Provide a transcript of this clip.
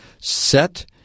set